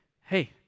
hey